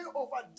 over